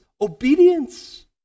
obedience